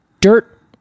dirt